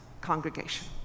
congregation